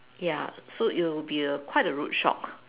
ya so it will be a quite a rude shock